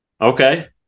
Okay